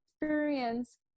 experience